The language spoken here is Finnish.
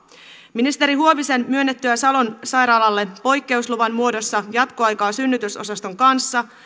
ministeri huovisen myönnettyä salon sairaalalle poikkeusluvan muodossa jatkoaikaa synnytysosaston kanssa